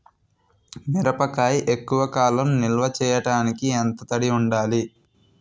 మిరపకాయ ఎక్కువ కాలం నిల్వ చేయటానికి ఎంత తడి ఉండాలి?